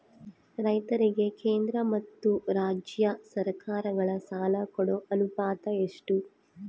ರೈತರಿಗೆ ಕೇಂದ್ರ ಮತ್ತು ರಾಜ್ಯ ಸರಕಾರಗಳ ಸಾಲ ಕೊಡೋ ಅನುಪಾತ ಎಷ್ಟು?